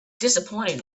disappointed